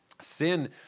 sin